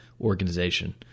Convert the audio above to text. organization